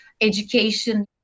education